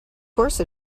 course